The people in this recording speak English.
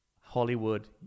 Hollywood